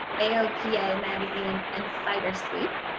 aopa magazine, and fighter sweep.